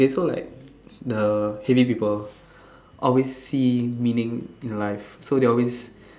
okay so like the heavy people always see meaning in life so they always